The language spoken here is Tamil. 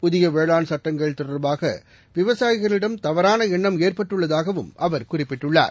புதிய வேளாண் சட்டங்கள் தொடர்பாக விவசாயிகளிடம் தவறான எண்ணம் ஏற்பட்டுள்ளதாகவும் அவர் குறிப்பிட்டுள்ளார்